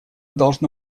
должны